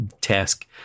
task